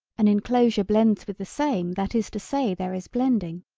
an enclosure blends with the same that is to say there is blending.